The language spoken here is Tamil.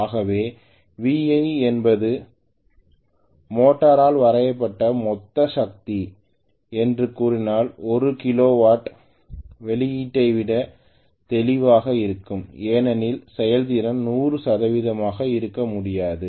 ஆகவே V I என்பது மோட்டாரால் வரையப்பட்ட மொத்த சக்தி என்று கூறினாள் இது கிலோ வாட் வெளியீட்டை விட தெளிவாக இருக்கும் ஏனெனில் செயல்திறன் 100 சதவீதமாக இருக்க முடியாது